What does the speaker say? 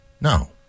No